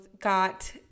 got